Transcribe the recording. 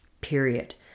period